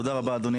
תודה רבה, אדוני